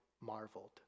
marveled